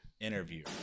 Interview